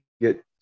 get